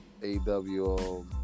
AWO